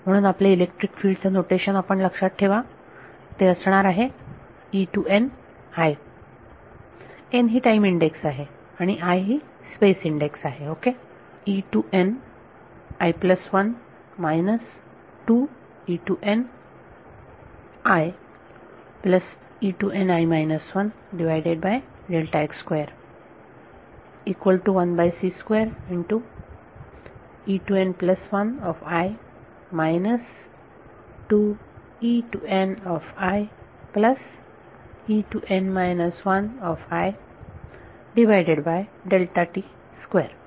म्हणून आपले electric field चे नोटेशन आपण लक्षात ठेवा ते असणार आहे n ही टाईम इंडेक्स आहे i ही स्पेस इंडेक्स आहे ओके